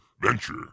venture